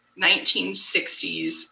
1960s